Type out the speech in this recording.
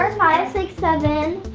five, six, seven,